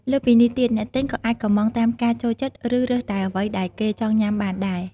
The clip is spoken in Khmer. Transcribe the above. លើសពីនេះទៀត អ្នកទិញក៏អាចកម្មង់តាមការចូលចិត្ត ឬរើសតែអ្វីដែលគេចង់ញុំាបានដែរ។